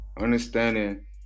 understanding